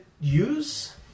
use